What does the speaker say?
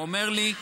הוא אומר לי,